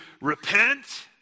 repent